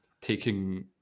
taking